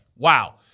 Wow